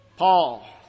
Paul